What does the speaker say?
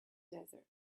desert